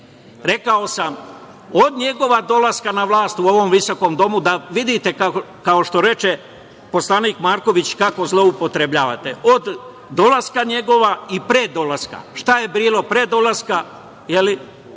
Rekao sam od njegovog dolaska na vlast u ovom visokom domu, da vidite kao što reče poslanik Marković, kako zloupotrebljavate, od dolaska njegovog i pre dolaska, šta je bilo pre dolaska, šta